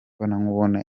imbonankubone